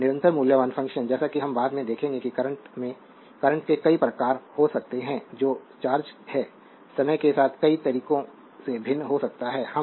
तो निरंतर मूल्यवान फ़ंक्शन जैसा कि हम बाद में देखेंगे कि करंट के कई प्रकार हो सकते हैं जो चार्ज है समय के साथ कई तरीकों से भिन्न हो सकता है